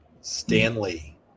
Stanley